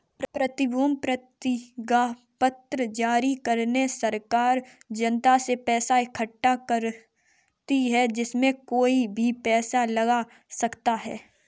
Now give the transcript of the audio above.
प्रतिभूति प्रतिज्ञापत्र जारी करके सरकार जनता से पैसा इकठ्ठा करती है, इसमें कोई भी पैसा लगा सकता है